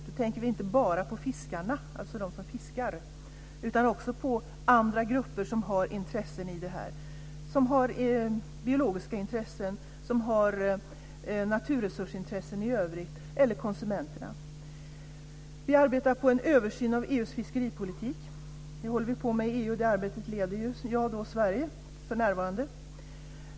Då tänker vi inte bara på dem som fiskar utan också på andra grupper som har intressen här - personer med biologiska intressen eller naturresursintressen i övrigt eller konsumenterna. Vidare arbetar vi på en översyn av EU:s fiskeripolitik. Det håller vi på med i EU, och det leder jag - Sverige - för närvarande.